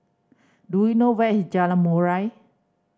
do you know where is Jalan Murai